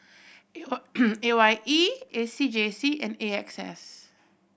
A Y A Y E A C J C and A X S